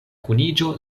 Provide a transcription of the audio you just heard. kuniĝo